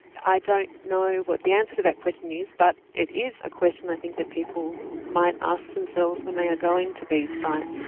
i don't know what the answer to that question is, but it is a question i think that people might ask themselves when they are going to these ah